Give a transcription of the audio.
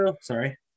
sorry